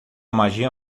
magia